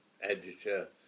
editor